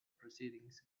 proceedings